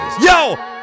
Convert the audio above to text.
Yo